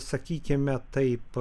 sakykime taip